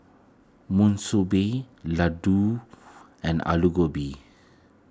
Monsunabe Ladoo and Alu Gobi